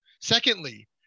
secondly